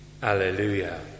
Hallelujah